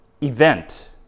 event